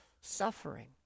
suffering